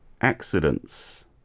accidents